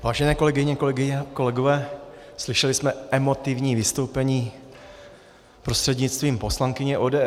Vážené kolegyně a kolegové, slyšeli jsme emotivní vystoupení prostřednictvím poslankyně ODS.